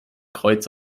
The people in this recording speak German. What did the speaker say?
kreuz